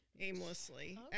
aimlessly